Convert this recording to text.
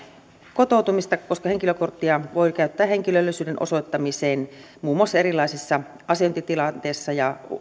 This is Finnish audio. kotoutumista koska henkilökorttia voi käyttää henkilöllisyyden osoittamiseen muun muassa erilaisissa asiointitilanteissa ja